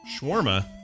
Shawarma